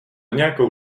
nějakou